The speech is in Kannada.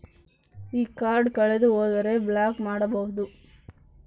ಈ ಕಾರ್ಡ್ ಕಳೆದು ಹೋದರೆ ಬ್ಲಾಕ್ ಮಾಡಬಹುದು?